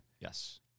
Yes